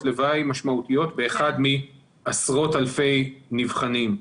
לוואי משמעותיות באחד מעשרות אלפי נבחנים.